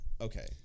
Okay